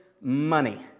money